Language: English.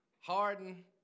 Harden